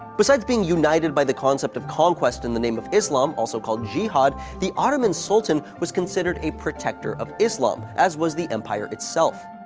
besides being united by the concept of conquest in the name of islam, also called jihad, the ottoman sultan was considered a protector of islam, as was the empire itself.